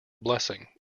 blessing